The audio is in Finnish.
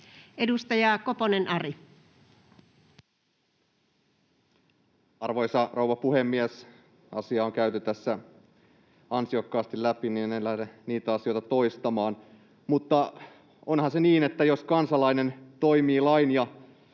Edustaja Koponen, Ari. Arvoisa rouva puhemies! Asioita on käyty tässä ansiokkaasti läpi, joten en lähde niitä asioita toistamaan. Mutta onhan se niin, että jos kansalainen toimii lain ja